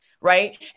right